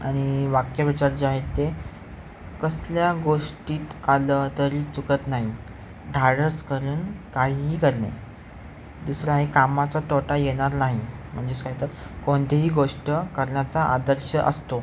आणि वाक्य विचार जे आहेत ते कसल्या गोष्टीत आलं तरी चुकत नाही धाडस करून काहीही करणे दुसऱ्या आहे कामाचा तोटा येणार नाही म्हणजेच काय तर कोणतीही गोष्ट करण्याचा आदर्श असतो